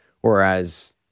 whereas